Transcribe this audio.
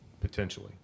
Potentially